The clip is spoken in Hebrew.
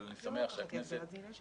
אבל אני שמח שהכנסת מתפקדת.